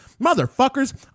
Motherfuckers